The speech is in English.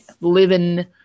living